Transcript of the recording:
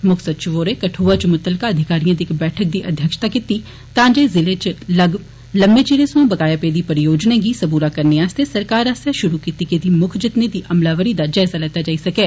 मुक्ख सचिव होरें कठुआ च मुतलका अधिकारिए दी इक बैठक दी अध्यक्षता कीती ता जे जिले च लम्मे चिरे सोया बकाया पेदी परियोजनाएं गी सबूरा करने आस्तै सरकार आस्सेआ शुरु कीते गेदे मुक्ख जतनें दी अमलावरी दा जायजा लैता जाई सकै